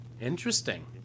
Interesting